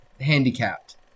Handicapped